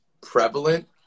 prevalent